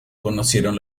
conocieron